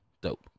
dope